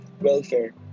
welfare